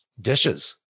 dishes